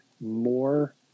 more